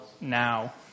now